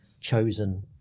chosen